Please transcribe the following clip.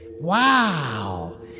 Wow